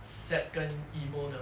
sad 跟 emo 的